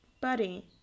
buddy